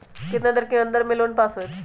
कितना दिन के अन्दर में लोन पास होत?